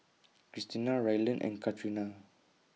Kristina Ryland and Katrina